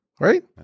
right